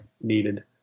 needed